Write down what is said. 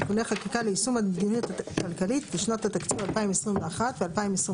תיקוני חקיקה ליישום המדיניות הכלכלית לשנות התקציב 2021 ו-2022.